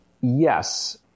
Yes